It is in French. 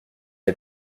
est